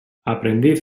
aprendiz